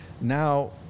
Now